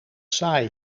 saai